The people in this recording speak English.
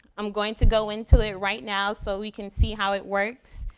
i'm going to go into it right now, so we can see how it works.